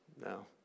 No